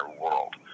world